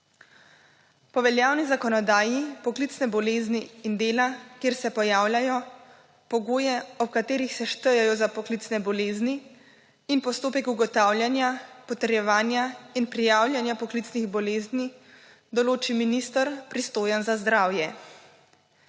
Po veljavni zakonodaji poklicne bolezni in dela, kjer se pojavljajo, pogoje, ob katerih se štejejo za poklicne bolezni, in postopek ugotavljanja, potrjevanja in prijavljanja poklicnih bolezni določi minister, pristojen za zdravje.